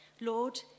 Lord